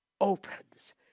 opens